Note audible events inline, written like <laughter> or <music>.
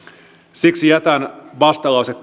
siksi jätän vastalause <unintelligible>